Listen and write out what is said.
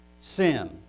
sin